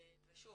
ושוב,